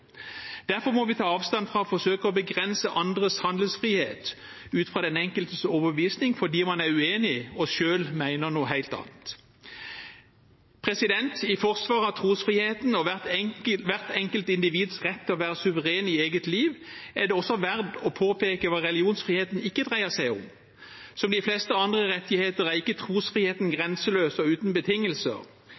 Derfor må vi ta avstand fra forsøk på å begrense andres handlingsfrihet ut fra den enkeltes overbevisning fordi man er uenig og selv mener noe helt annet. I forsvaret av trosfriheten og hvert enkelt individs rett til å være suveren i eget liv er det også verd å påpeke hva religionsfriheten ikke dreier seg om. Som de fleste andre rettigheter er ikke trosfriheten grenseløs og uten betingelser.